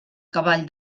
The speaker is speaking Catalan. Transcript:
cavall